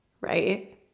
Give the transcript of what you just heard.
right